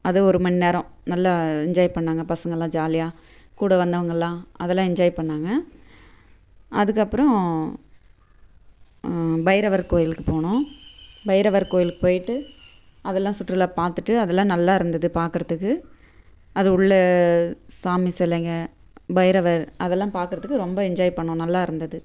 அது ஒரு மணி நேரம் நல்லா என்ஜாய் பண்ணிணாங்க பசங்களாம் ஜாலியாக கூட வந்தவங்களாம் அதெல்லாம் என்ஜாய் பண்ணிணாங்க அதுக்கப்புறம் பைரவர் கோவிலுக்கு போனோம் பைரவர் கோவிலுக்கு போய்விட்டு அதெல்லாம் சுற்றுலா பார்த்துட்டு அதெல்லாம் நல்லா இருந்தது பார்க்குறதுக்கு அது உள்ளே சாமி சிலைங்க பைரவர் அதெல்லாம் பார்க்குறதுக்கு ரொம்ப என்ஜாய் பண்ணிணோம் நல்லா இருந்தது